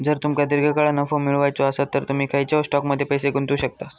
जर तुमका दीर्घकाळ नफो मिळवायचो आसात तर तुम्ही खंयच्याव स्टॉकमध्ये पैसे गुंतवू शकतास